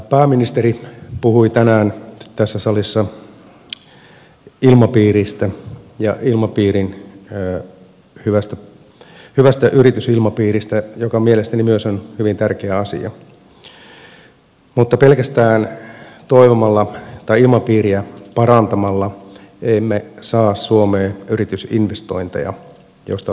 pääministeri puhui tänään tässä salissa ilmapiiristä ja hyvästä yritysilmapiiristä joka mielestäni myös on hyvin tärkeä asia mutta pelkästään toivomalla tai ilmapiiriä parantamalla emme saa suomeen yritysinvestointeja joista oli kysymys